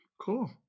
cool